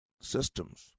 systems